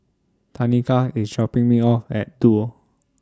Tanika IS dropping Me off At Duo